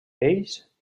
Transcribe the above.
pells